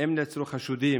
2. האם נעצרו חשודים?